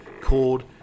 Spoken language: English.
called